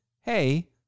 Hey